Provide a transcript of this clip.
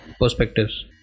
perspectives